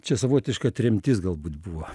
čia savotiška tremtis galbūt buvo